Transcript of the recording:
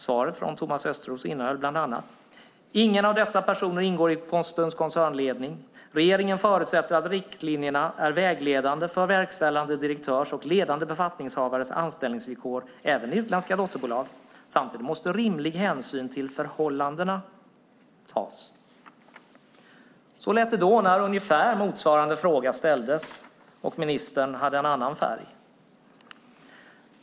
Svaret från Thomas Östros innehöll bland annat: Ingen av dessa personer ingår i Postens koncernledning. Regeringen förutsätter att riktlinjerna är vägledande för verkställande direktörs och ledande befattningshavares anställningsvillkor även i utländska dotterbolag. Samtidigt måste rimlig hänsyn till förhållandena tas. Så lät det när ungefär motsvarande fråga ställdes och ministern hade en annan färg.